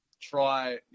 try